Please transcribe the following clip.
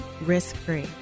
risk-free